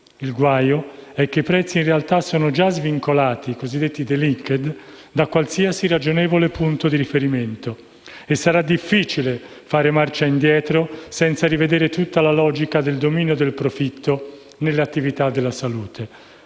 cosiddetti *delinked*, in realtà sono già svincolati da qualsiasi ragionevole punto di riferimento e sarà difficile fare marcia indietro senza rivedere tutta la logica del dominio del profitto nelle attività della salute.